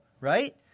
Right